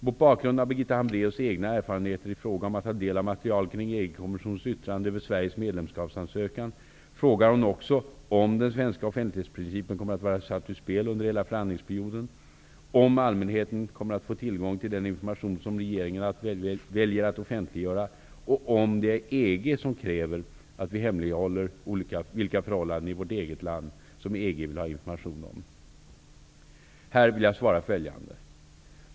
Mot bakgrund av Birgitta Hambraeus egna erfarenheter i fråga om att få ta del av material kring EG-kommissionens yttrande över Sveriges medlemskapsansökan frågar hon också om den svenska offentlighetsprincipen kommer att vara satt ur spel under hela förhandlingsperioden, om allmänheten enbart kommer att få tillgång till den information som regeringen väljer att offentliggöra och om det är EG som kräver att vi hemlighåller vilka förhållanden i vårt eget land som EG vill ha information om. Här vill jag svara följande.